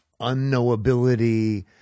unknowability